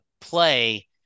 play